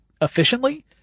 efficiently